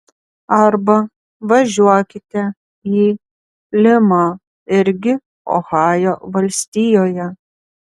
arba važiuokite į limą irgi ohajo valstijoje